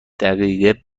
دقیقه